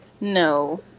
No